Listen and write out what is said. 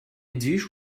dish